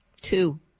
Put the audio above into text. Two